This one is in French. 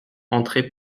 entrait